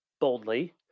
boldly